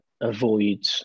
avoid